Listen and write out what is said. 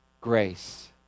Grace